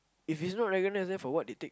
if it's not recognised then for what they take